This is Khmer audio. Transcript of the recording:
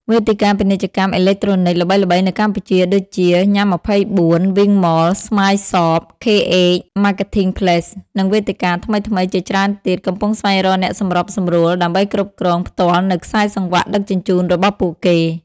វេទិកាពាណិជ្ជកម្មអេឡិចត្រូនិក ល្បីៗនៅកម្ពុជាដូចជា Nham24, WingMall, Smile Shop, KH Marketplace និងវេទិកាថ្មីៗជាច្រើនទៀត កំពុងស្វែងរកអ្នកសម្របសម្រួលដើម្បីគ្រប់គ្រងផ្ទាល់នូវខ្សែសង្វាក់ដឹកជញ្ជូនរបស់ពួកគេ។